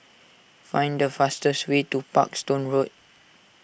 find the fastest way to Parkstone Road